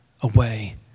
away